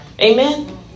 Amen